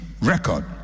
record